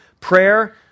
Prayer